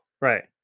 Right